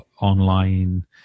online